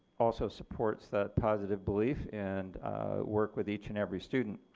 also supports that positive belief and work with each and every student.